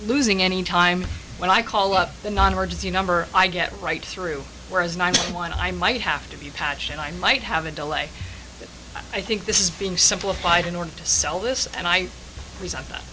losing any time when i call up the non emergency number i get right through whereas ninety one i might have to be patched and i might have a delay but i think this is being simplified in order to sell this and i fre